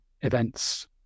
events